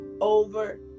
over